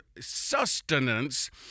sustenance